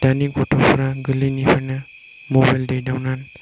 दानि गथ'फोरा गोरलैनिफ्रायनो मबाइल दैदावनानै